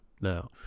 now